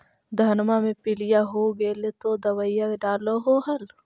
धनमा मे पीलिया हो गेल तो दबैया डालो हल?